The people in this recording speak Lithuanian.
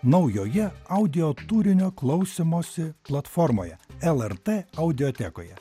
naujoje audioturinio klausymosi platformoje lrt audiotekoje